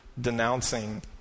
denouncing